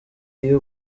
iyo